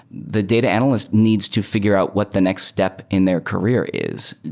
the data analyst needs to figure out what the next step in their career is.